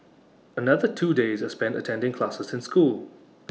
another two days are spent attending classes in school